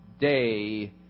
day